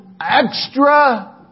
extra